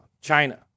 China